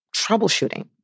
troubleshooting